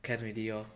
can already lor